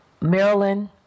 Maryland